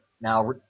Now